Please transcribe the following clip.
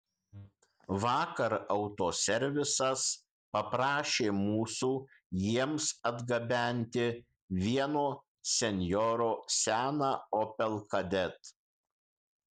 vakar autoservisas paprašė mūsų jiems atgabenti vieno senjoro seną opel kadett